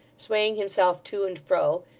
swaying himself to and fro,